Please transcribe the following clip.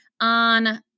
on